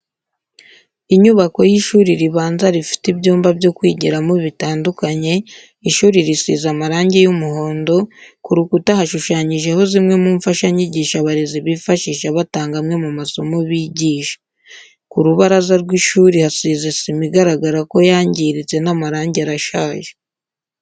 Inyubako y'ishuri ribanza rifite ibyumba byo kwigiramo bitandukanye, ishuri risize amarangi y'umuhondo, ku rukuta hashushanyijeho zimwe mu mfashanyigisho abarezi bifashisha batanga amwe mu masomo bigisha. Ku rubaraza rw'ishuri hasize sima igaragara ko yangiritse n'amarangi arashaje.